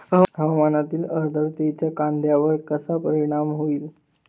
हवामानातील आर्द्रतेचा कांद्यावर कसा परिणाम होईल?